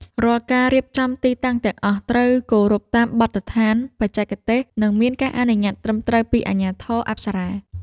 រាល់ការរៀបចំទីតាំងទាំងអស់ត្រូវគោរពតាមបទដ្ឋានបច្ចេកទេស និងមានការអនុញ្ញាតត្រឹមត្រូវពីអាជ្ញាធរអប្សរា។